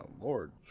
lord